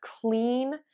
clean